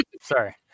sorry